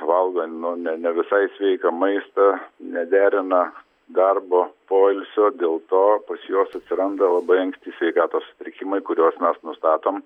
valgo nu ne ne visai sveiką maistą nederina darbo poilsio dėl to pas juos atsiranda labai anksti sveikatos sutrikimai kuriuos mes nustatom